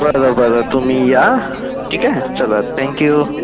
बरं बरं तुम्ही या ठीक आहे चला थँक यू